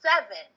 seven